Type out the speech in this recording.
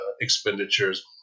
expenditures